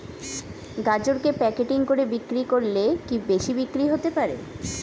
গাজরকে প্যাকেটিং করে বিক্রি করলে কি বেশি বিক্রি হতে পারে?